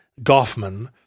Goffman